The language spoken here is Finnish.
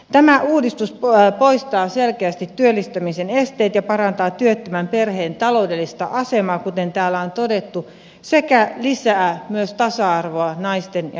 tämä uudistus poistaa selkeästi työllistymisen esteet ja parantaa työttömän perheen taloudellista asemaa kuten täällä on todettu sekä lisää myös tasa arvoa naisten ja miesten välillä